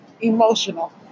emotional